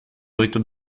oito